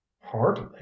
hardly